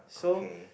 okay